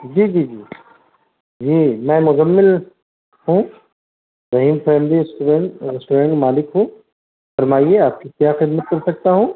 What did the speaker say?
جی جی جی جی میں مزمل ہوں رحیم فیملی ریسٹورنٹ مالک ہوں فرمائیے آپ کی کیا خدمت کر سکتا ہوں